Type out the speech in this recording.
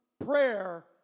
prayer